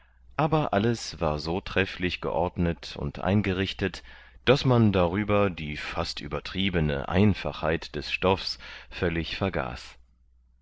aber alles war so trefflich geordnet und eingerichtet daß man darüber die fast übertriebene einfachheit des stoffs völlig vergaß